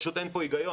פשוט אין פה היגיון.